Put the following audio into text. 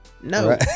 No